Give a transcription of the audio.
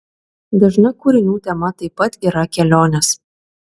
dažna kūrinių tema taip pat yra kelionės